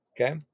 Okay